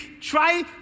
Try